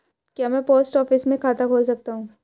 क्या मैं post office में खाता खोल सकता हूँ?